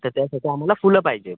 तर त्यासाठी आम्हाला फुलं पाहिजेत